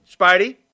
Spidey